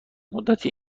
مدتی